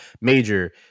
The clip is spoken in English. major